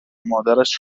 مادرش